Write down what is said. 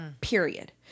period